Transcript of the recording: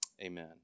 amen